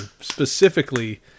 specifically